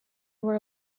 were